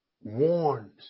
warns